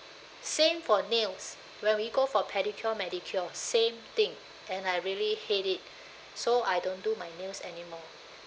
same for nails when we go for pedicure manicure same thing and I really hate it so I don't do my nails anymore